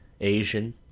Asian